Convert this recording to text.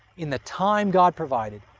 in the time god provided,